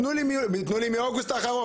תנו לי מיוני, תנו לי מאוגוסט האחרון.